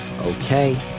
Okay